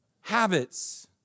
habits